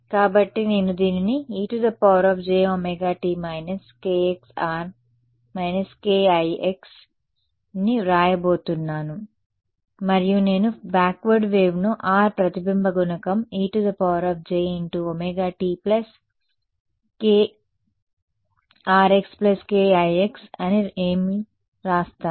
కాబట్టి నేను దీనిని ejωt krx−kix అని వ్రాయబోతున్నాను మరియు నేను బ్యాక్వర్డ్ వేవ్ను R ప్రతిబింబ గుణకం ejωtkrxkix అని ఏమి వ్రాస్తాను